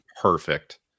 perfect